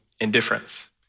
indifference